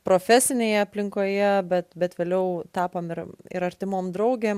profesinėje aplinkoje bet bet vėliau tapom ir ir artimom draugėm